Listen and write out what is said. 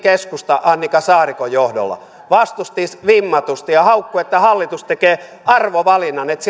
keskusta annika saarikon johdolla vastusti vimmatusti ja haukkui että hallitus tekee arvovalinnan että